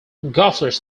golfers